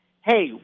hey